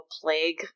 plague